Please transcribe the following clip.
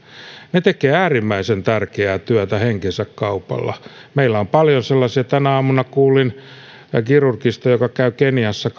ne tekevät äärimmäisen tärkeää työtä henkensä kaupalla meillä on paljon sellaisia tänä aamuna kuulin kirurgista joka käy keniassa